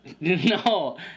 no